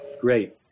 Great